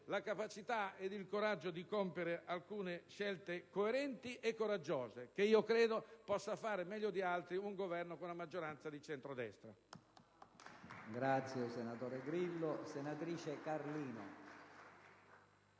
la capacità ed il coraggio di compiere alcune scelte coerenti e coraggiose che credo possa fare, meglio di altri, un Governo con una maggioranza di centrodestra.